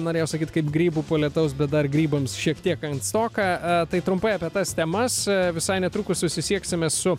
norėjau sakyt kaip grybų po lietaus bet dar grybams šiek tiek ankstoka tai trumpai apie tas temas visai netrukus susisieksime su